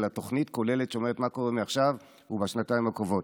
אלא לתוכנית כוללת שאומרת מה קורה מעכשיו ובשנתיים הקרובות.